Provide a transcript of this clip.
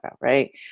right